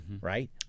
right